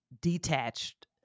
Detached